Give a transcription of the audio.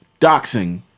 Doxing